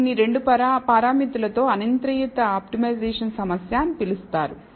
దీనిని 2 పారామితులతో అనియంత్రిత ఆప్టిమైజేషన్ సమస్య అని పిలుస్తారు